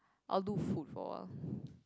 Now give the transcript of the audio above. I'll do food for a while